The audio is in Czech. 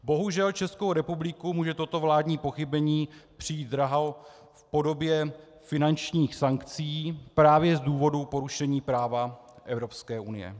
Bohužel, Českou republiku může toto vládní pochybení přijít draho v podobě finančních sankcí právě z důvodu porušení práva Evropské unie.